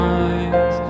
eyes